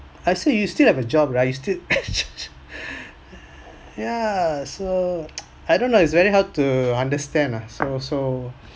I said you you still have a job right you still yeah so I don't know it's very hard to understand ah so so